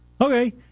okay